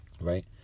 Right